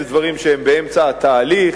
דברים שהם באמצע התהליך,